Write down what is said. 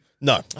No